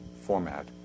format